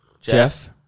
Jeff